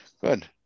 Good